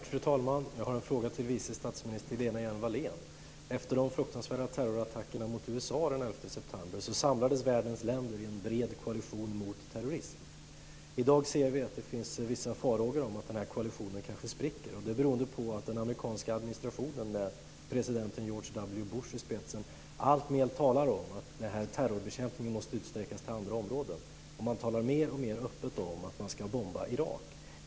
Fru talman! Jag har en fråga till vice statsminister Efter de fruktansvärda terrorattackerna mot USA den 11 september samlades världens länder i en bred koalition mot terrorism. I dag finns det finns vissa farhågor om att den här koalitionen kanske spricker, detta beroende på att den amerikanska administrationen med president George W. Bush i spetsen alltmer talar om att terrorbekämpningen måste utsträckas till andra områden. Man talar mer och mer öppet om att man ska bomba Irak.